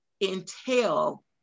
entail